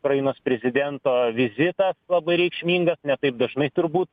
ukrainos prezidento vizitas labai reikšmingas ne taip dažnai turbūt